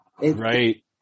Right